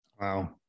wow